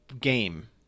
game